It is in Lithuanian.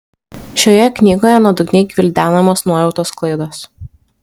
šioje knygoje nuodugniai gvildenamos nuojautos klaidos